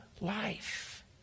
life